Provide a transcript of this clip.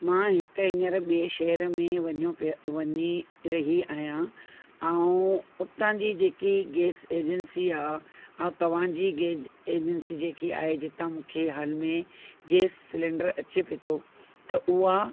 मां हिकु हींअर ॿिएं शहर में वञो पिया वञी रही आहियां ऐं हुतां जी जेकी गैस एजेंसी आहे जितां मूंखे हाल में गैस सिलेंडर अचे पियो थो त उहा